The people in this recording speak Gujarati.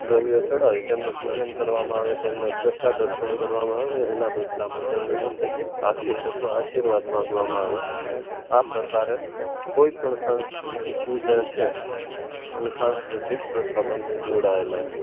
દ્રવ્યો ચડાવી તેમનું પૂજન કરવામાં આવે તેમને પ્રસાદ અર્પણ કરવામાં આવે તેના બદલામાં તેમની પાસેથી આશિષ અથવા આશીર્વાદ માગવામાં આવે આ પ્રકારે કોઈપણ પૂજા છે અને સાંસ્કૃતિક પ્રથા બન્ને જોડાયેલા છે